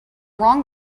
wrong